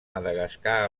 madagascar